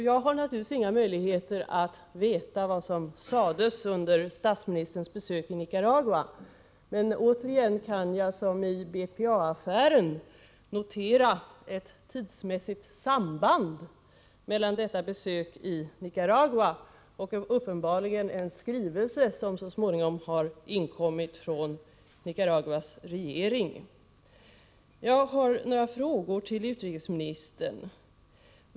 Jag kan naturligtvis inte veta vad som har sagts under statsministerns besök i Nicaragua, men återigen kan jag, liksom i BPA-affären, notera ett tidsmässigt samband mellan detta besök i Nicaragua och — uppenbarligen — en skrivelse, som så småningom har inkommit från Nicaraguas regering. Jag har några frågor till utrikesministern.